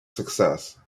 success